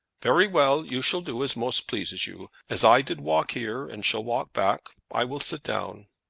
very well you shall do as most pleases you. as i did walk here, and shall walk back, i will sit down.